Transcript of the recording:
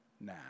now